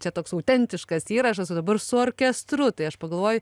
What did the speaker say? čia toks autentiškas įrašas o dabar su orkestru tai aš pagalvoju